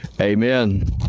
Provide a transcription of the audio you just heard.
amen